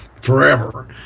forever